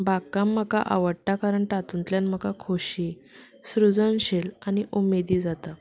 बागकाम म्हाका आवडटा कारण तातूंतल्यान म्हाका खोशी सृजनशील आनी उमेदी जाता